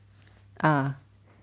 ah